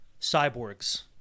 cyborgs